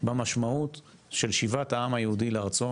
במשמעות של שיבת העם היהודי לארצו,